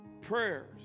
prayers